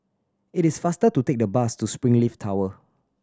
it is faster to take the bus to Springleaf Tower